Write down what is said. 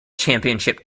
championship